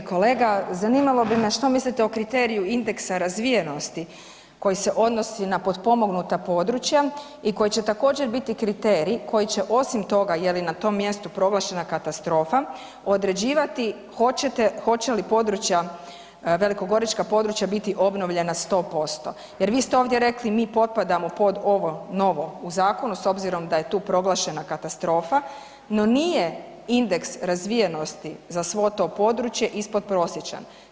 Uvaženi kolega, zanimalo bi me što mislite o kriteriju indeksa razvijenosti koji se odnosi na potpomognuta područja i koje će također, biti kriterij koji će, osim toga je li na tom mjestu proglašena katastrofa, određivati hoće li područja, velikogorička područja biti obnovljena 100% jer vi ste ovdje rekli, mi potpadamo pod ovo novo u zakonu, s obzirom da je tu proglašena katastrofa, no nije indeks razvijenosti za svo to područje ispodprosječan.